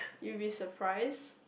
you will be surprised